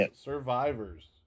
survivors